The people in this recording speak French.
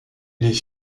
les